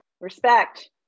Respect